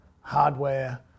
hardware